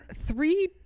Three